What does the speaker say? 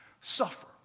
suffer